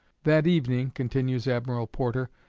that evening, continues admiral porter,